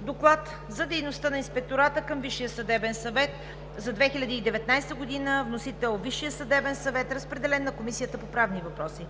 Доклад за дейността на Инспектората към Висшия съдебен съвет за 2019 г. Вносител е Висшият съдебен съвет. Разпределен е на Комисията по правни въпроси.